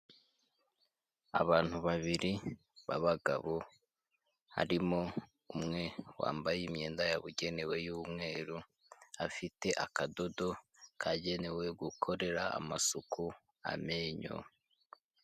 Abantu babiri b'abagabo harimo umwe wambaye imyenda yabugenewe y'umweru, afite akadodo kagenewe gukorera amasuku amenyo.